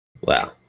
Wow